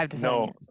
no